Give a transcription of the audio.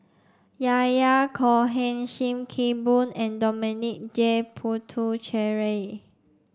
Yahya Cohen Sim Kee Boon and Dominic J Puthucheary